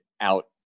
out